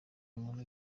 muntu